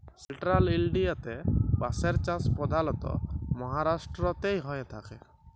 central ইলডিয়াতে বাঁশের চাষ পধালত মাহারাষ্ট্রতেই হঁয়ে থ্যাকে